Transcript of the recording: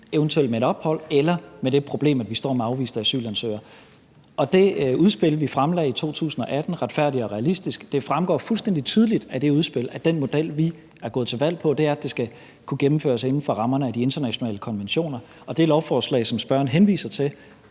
eventuelt med et ophold eller med det problem, at vi står med en afviste asylansøgere. I det udspil, vi fremlagde i 2018 – »Retfærdig og Realistisk« – fremgår det fuldstændig tydeligt, at den model, vi er gået til valg på, er, at det skal kunne gennemføres inden for rammerne af de internationale konventioner. Det lovforslag, som spørgeren henviser til,